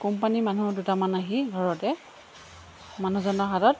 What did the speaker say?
কোম্পানীৰ মানুহ দুটামান আহি ঘৰতে মানুহজনৰ হাতত